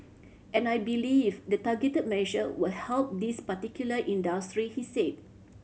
and I believe the targeted measure will help these particular industry he said